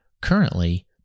Currently